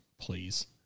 Please